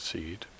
Seed